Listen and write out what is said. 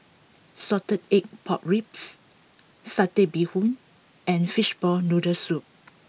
Salted Egg Pork Ribs Satay Bee Hoon and Fishball Noodle Soup